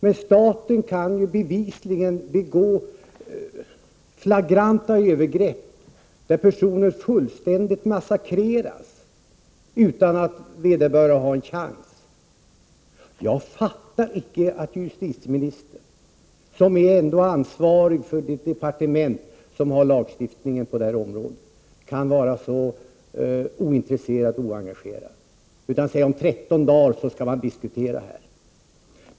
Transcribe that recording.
Men staten kan bevisligen begå flagranta övergrepp, där personer fullständigt massakreras utan att vederbö rande har en chans. Jag fattar icke att justitieministern, som ändå är ansvarig för det departement som har hand om lagstiftningen på detta område, kan vara så ointresserad och oengagerad. Hon säger bara att om 13 dagar skall vi diskutera frågan.